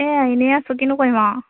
এয়া এনেই আছোঁ কিনো কৰিম আৰু